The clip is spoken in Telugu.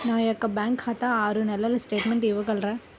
నా యొక్క బ్యాంకు ఖాతా ఆరు నెలల స్టేట్మెంట్ ఇవ్వగలరా?